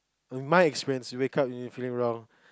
in my experience if you wake up feeling wrong